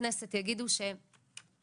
לכנסת יגידו שנכון,